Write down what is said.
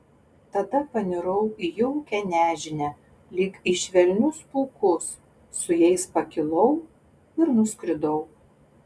tada panirau į jaukią nežinią lyg į švelnius pūkus su jais pakilau ir nuskridau